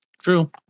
True